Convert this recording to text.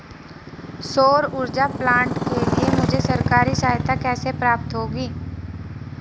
सौर ऊर्जा प्लांट के लिए मुझे सरकारी सहायता कैसे प्राप्त होगी?